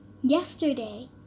yesterday